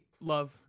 love